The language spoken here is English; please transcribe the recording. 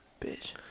bitch